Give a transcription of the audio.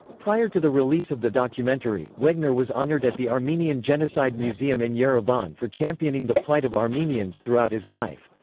prior to the release of the documentary, wegner was honored at the armenian genocide museum in yerevan for championing the plight of armenians throughout his life.